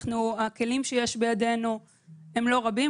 הכלים שיש בידינו הם לא רבים.